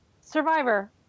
Survivor